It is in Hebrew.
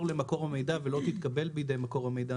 למקור המידע ולא תתקבל בידי מקור המידע.